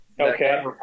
Okay